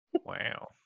wow